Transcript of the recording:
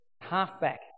halfback